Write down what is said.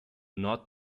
not